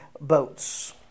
boats